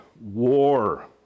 war